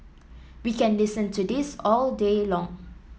we can listen to this all day long